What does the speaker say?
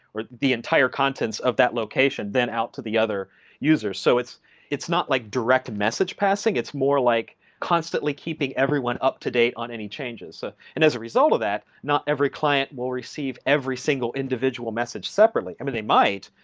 or the entire contents of that location then out to the other users. so it's it's not like direct message passing. it's more like constantly keeping everyone up-to-date on any changes. ah and as a result of that, not every client will receive every single individual message separately. and they might,